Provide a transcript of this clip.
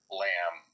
lamb